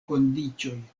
kondiĉoj